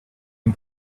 and